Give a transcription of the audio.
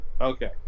Okay